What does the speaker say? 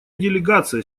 делегация